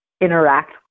interact